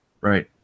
Right